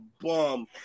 bum